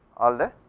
all the